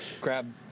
grab